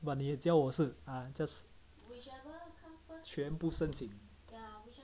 but 你教我是 ah just 全部申请